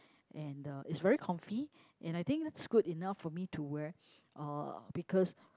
and uh it's very comfy and I think that's good enough for me to wear uh because